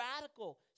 radical